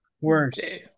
worse